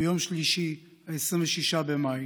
ביום שלישי, 26 במאי,